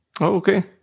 okay